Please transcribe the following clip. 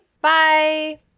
Bye